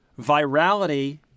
virality